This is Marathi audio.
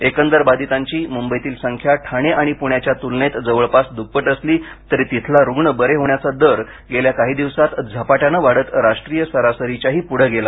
एकंदर बाधितांची मुंबईतील संख्या ठाणे आणि पुण्याच्या तुलनेत जवळपास दुप्पट असली तरी तिथला रुग्ण बरे होण्याचा दर गेल्या काही दिवसात झपाट्यानं वाढत राष्ट्रीय सरासरीच्याही पुढे गेला